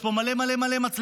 יש פה הרבה מאוד מצלמות,